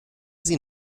sie